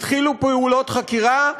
התחילו פעולות חקירה,